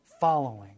following